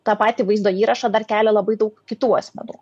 tą patį vaizdo įrašą dar kelia labai daug kitų asmenų